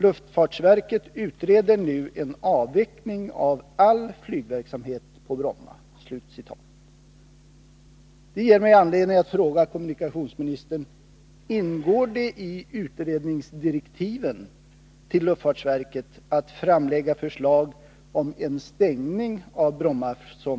Luftfartsverket utreder nu en avveckling av all flygverksamhet på Brom